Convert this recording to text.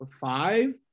five